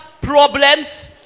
problems